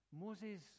Moses